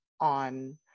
on